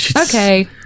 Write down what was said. okay